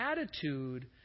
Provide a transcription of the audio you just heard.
attitude